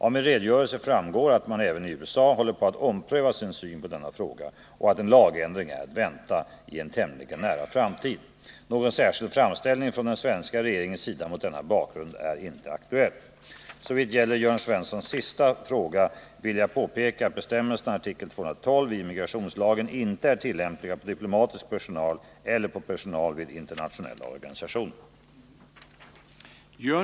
Av min redogörelse framgår att man även i USA håller på att ompröva sin syn på denna fråga och att en lagändring är att vänta i en tämligen nära framtid. Någon särskild framställning från den svenska regeringens sida är mot denna bakgrund inte aktuell. Såvitt gäller Jörn Svenssons sista fråga vill jag påpeka att bestämmelserna i artikel 212 i immigrationslagen inte är tillämpliga på diplomatisk personal eller på personal vid internationella organisationer.